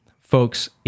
folks